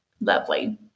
Lovely